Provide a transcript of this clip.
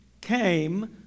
came